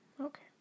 Okay